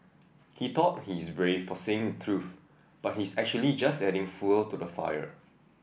he thought he's brave for saying the truth but he's actually just adding fuel to the fire